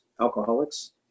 alcoholics